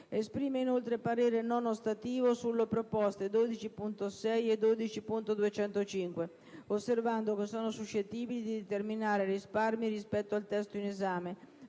Esprime inoltre parere non ostativo sulle proposte 12.6 e 12.205 osservando che sono suscettibili di determinare risparmi rispetto al testo in esame.